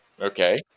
Okay